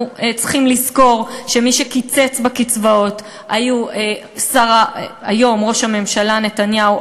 אנחנו צריכים לזכור שמי שקיצצו בקצבאות היו ראש הממשלה נתניהו,